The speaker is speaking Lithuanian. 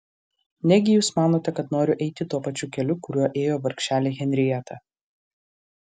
negi jūs manote kad noriu eiti tuo pačiu keliu kuriuo ėjo vargšelė henrieta